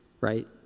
right